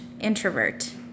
introvert